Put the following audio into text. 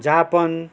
Japan